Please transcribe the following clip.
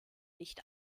nicht